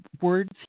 words